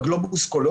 בגלובוס כולו,